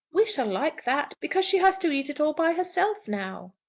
we shall like that, because she has to eat it all by herself now.